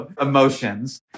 emotions